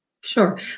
Sure